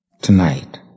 tonight